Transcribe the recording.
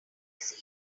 see